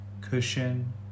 cushion